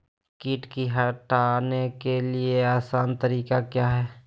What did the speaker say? किट की हटाने के ली आसान तरीका क्या है?